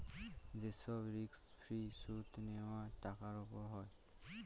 যে সব risk free সুদ নেওয়া টাকার উপর হয়